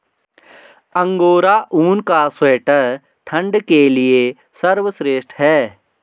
angora ऊन का sweater ठंड के लिए सर्वश्रेष्ठ है